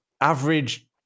average